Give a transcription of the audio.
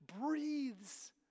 breathes